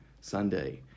Sunday